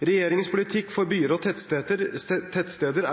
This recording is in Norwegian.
Regjeringens politikk for byer og tettsteder